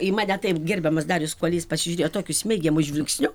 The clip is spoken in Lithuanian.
į mane taip gerbiamas darius kuolys pasižiūrėjo tokiu smeigiamu žvilgsniu